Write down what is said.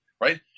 right